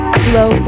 slow